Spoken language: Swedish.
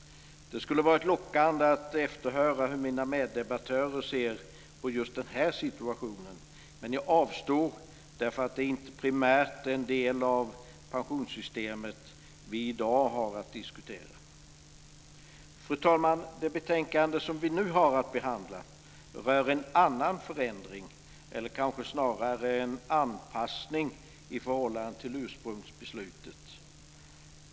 Det skulle ha varit lockande att efterhöra hur mina meddebattörer ser på just den här situationen, men jag avstår därför att det inte primärt är en del av pensionssystemet som vi i dag har att diskutera. Fru talman! Det betänkande som vi nu har att behandla rör en annan förändring eller snarare kanske en anpassning i förhållande till ursprungsbeslutet.